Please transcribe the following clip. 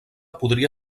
podria